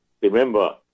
Remember